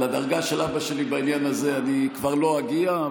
לדרגה של אבא שלי בעניין הזה אני כבר לא אגיע,